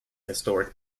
historic